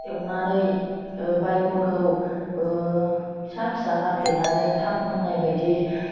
एवनानै बायगनखौ फिसा फिसा हाफ्लेनानै थाब मोन्नायबादि